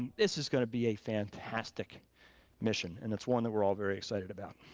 and this is gonna be a fantastic mission. and it's one that we're all very excited about.